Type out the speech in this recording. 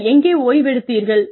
நீங்கள் எங்கே ஓய்வெடுத்தீர்கள்